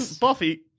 Buffy